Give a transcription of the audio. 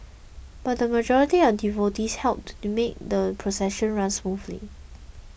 but the majority of devotees helped to make the procession run smoothly